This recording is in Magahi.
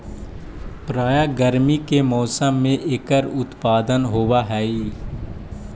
प्रायः गर्मी के मौसम में एकर उत्पादन होवअ हई